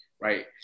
Right